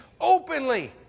openly